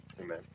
Amen